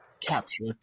capture